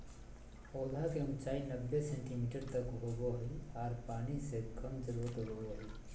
पौधा के ऊंचाई नब्बे सेंटीमीटर तक होबो हइ आर पानी के कम जरूरत होबो हइ